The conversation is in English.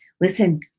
listen